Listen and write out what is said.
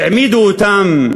העמידו אותם,